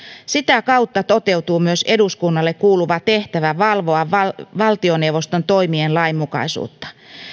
sitä kautta toteutuu myös eduskunnalle kuuluva tehtävä valvoa valtioneuvoston toimien lainmukaisuutta